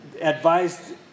advised